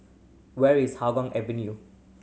where is Hougang Avenue